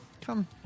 come